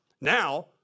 Now